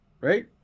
Right